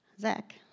Zach